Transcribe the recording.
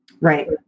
Right